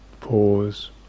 pause